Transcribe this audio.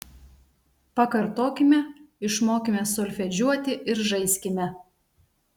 pakartokime išmokime solfedžiuoti ir žaiskime